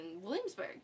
Williamsburg